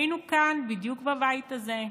היינו כאן, בדיוק בבית הזה,